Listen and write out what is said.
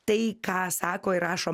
tai ką sako ir rašo